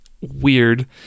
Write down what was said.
weird